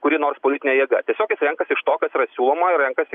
kuri nors politinė jėga tiesiog jis renkasi iš to kas yra siūloma ir renkasi